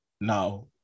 now